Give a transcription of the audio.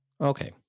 okay